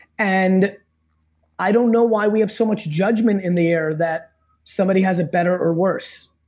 and i don't know why we have so much judgment in the air that somebody has it better or worse,